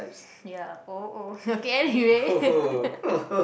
ya oh oh okay anyway